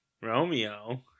romeo